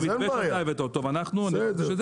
זה מתווה שאתה הבאת אותו, אנחנו בפנים.